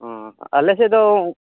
ᱚᱻ ᱟᱞᱮᱥᱮᱫ ᱫᱚ